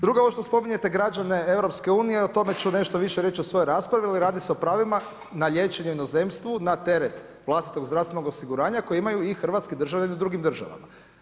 Drugo ovo što spominjete građane Europske unije o tome ću nešto više reći u svojoj raspravi, jer radi se o pravima na liječenje u inozemstvu na teret vlastitog zdravstvenog osiguranja koji imaju i hrvatski državljani u drugim državama.